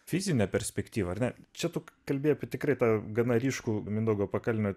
fizinę perspektyvą ar ne čia tu kalbi apie tikrai tą gana ryškų mindaugo pakalnio